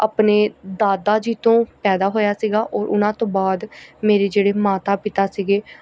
ਆਪਣੇ ਦਾਦਾ ਜੀ ਤੋਂ ਪੈਦਾ ਹੋਇਆ ਸੀਗਾ ਔਰ ਉਹਨਾਂ ਤੋਂ ਬਾਅਦ ਮੇਰੇ ਜਿਹੜੇ ਮਾਤਾ ਪਿਤਾ ਸੀਗੇ